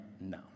no